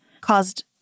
caused